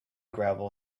gravel